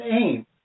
aim